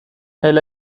elle